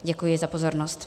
Děkuji za pozornost.